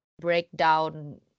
breakdown